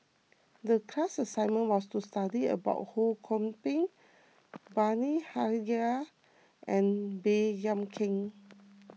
the class assignment was to study about Ho Kwon Ping Bani Haykal and Baey Yam Keng